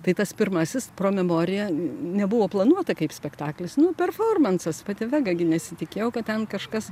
tai tas pirmasis pro memoria nebuvo planuota kaip spektaklis nu performansas pati vega gi nesitikėjo kad ten kažkas